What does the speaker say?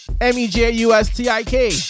M-E-J-U-S-T-I-K